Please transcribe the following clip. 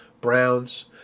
Browns